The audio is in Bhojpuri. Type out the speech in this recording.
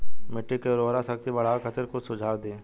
मिट्टी के उर्वरा शक्ति बढ़ावे खातिर कुछ सुझाव दी?